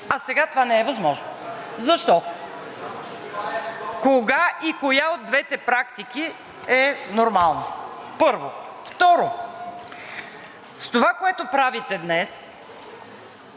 а сега това не е възможно. Защо? (Реплики.) Кога и коя от двете практики е нормална, първо? Второ, с това, което правите днес,